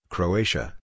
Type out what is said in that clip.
Croatia